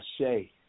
say